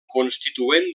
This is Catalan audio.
constituent